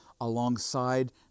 alongside